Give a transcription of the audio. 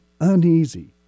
uneasy